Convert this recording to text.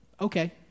Okay